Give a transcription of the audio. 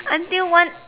until one